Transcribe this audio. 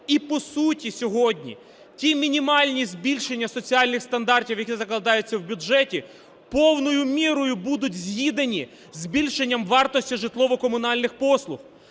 і, по суті, сьогодні ті мінімальні збільшення соціальних стандартів, які закладаються в бюджеті повною мірою будуть з'їдені збільшенням вартості житлово-комунальних послуг.